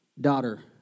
Daughter